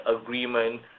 agreement